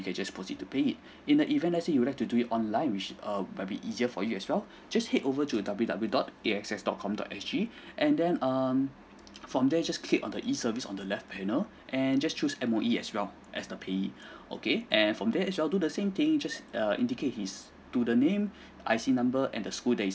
you can just proceed to pay it in the event let's say you'd like to do it online which is err maybe easier for you as well just head over to W_W dot A_X_S dot com dot S G and then um from there just click on the E service on the left panel and just choose M_O_E as well as the payee okay and from there as well do the same thing you just err indicate his do the name I_C number and the school that he's